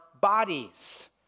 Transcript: bodies